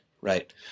right